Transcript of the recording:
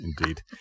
indeed